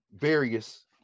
various